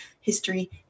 history